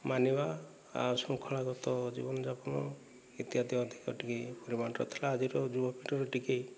ମାନିବା ଆଉ ଶୃଙ୍ଖଳାଗତ ଜୀବନ ଯାପନ ଇତ୍ୟାଦି ଅଧିକ ଟିକିଏ ପରିମାଣର ଥିଲା ଆଜିର ଯୁବପିଢ଼ିର ଟିକିଏ